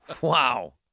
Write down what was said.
Wow